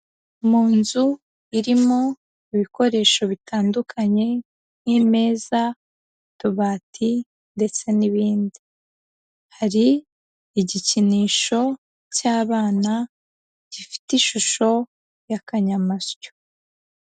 Mu nzu irimo ibikoresho bitandukanye nk'imeza, utubati ndetse n'ibindi, hari igikinisho cy'abana gifite ishusho y'akanyamasyo.